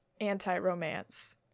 anti-romance